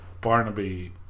Barnaby